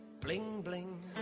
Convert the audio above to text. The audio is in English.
bling-bling